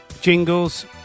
jingles